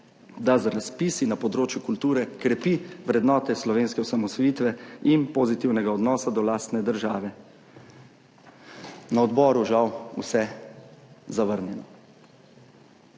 da z razpisi na področju kulture krepi vrednote slovenske osamosvojitve in pozitivnega odnosa do lastne države. Na odboru žal vse zavrnjeno.